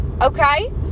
okay